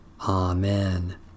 Amen